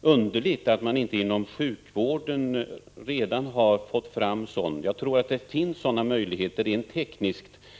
underligt att man inte inom sjukvården redan har fått fram sådan apparatur? Jag tror att det rent tekniskt finns möjligheter till detta.